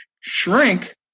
shrink